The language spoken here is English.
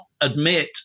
admit